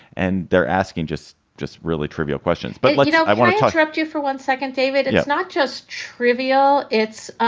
and they're asking just just really trivial questions but but you know i want to to interrupt you for one second, david. it's not just trivial. it's